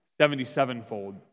seventy-sevenfold